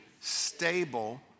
stable